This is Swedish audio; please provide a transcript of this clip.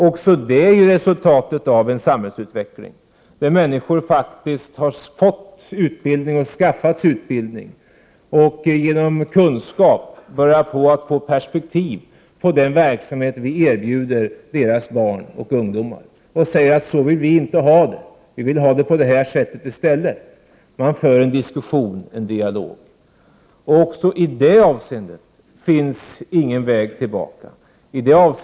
Också det är resultatet av en samhällsutveckling, där människor faktiskt har fått utbildning, skaffat sig utbildning, och genom kunskap börjar få perspektiv på den verksamhet vi erbjuder deras Prot. 1988/89:63 barn och ungdomar. De säger: Så vill vi inte ha det. Vi vill ha det på det här — 8 februari 1989 sättet i stället. Man för en diskussion, en dialog. Inte heller i detta avseende finns det någon väg tillbaka.